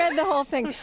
and the whole thing.